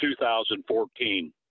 2014